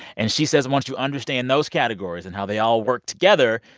and she says once you understand those categories and how they all work together,